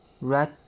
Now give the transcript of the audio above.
red